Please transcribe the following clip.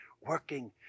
working